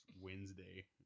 Wednesday